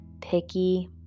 picky